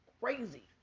crazy